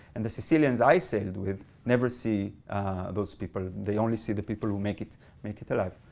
and the sicilians i sailed with never see those people. they only see the people who make it make it alive.